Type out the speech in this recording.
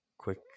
Quick